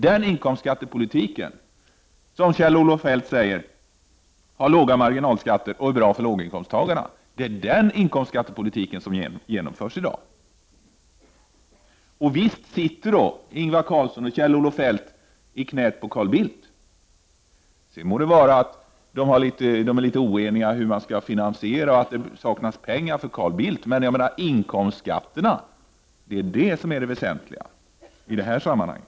Den inkomstskattepolitik som genomförs i dag är den enligt vilken låg marginalskatt är bra för låginkomsttagarna. Detta är ju också vad Kjell-Olof Feldt säger. Visst sitter i detta sammanhang Ingvar Carlsson och Kjell-Olof Feldt i knät på Carl Bildt. Sedan må de vara litet oeniga om finansieringen, och Carl Bildt må hävda att det saknas pengar. Men det är ändå inkomstskatterna som är det väsentliga i detta sammanhang.